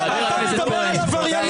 ואם יש אדם שקורא לדברים כאלה ויש מקום